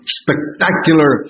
spectacular